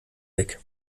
weg